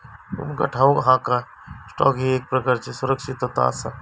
तुमका ठाऊक हा काय, स्टॉक ही एक प्रकारची सुरक्षितता आसा?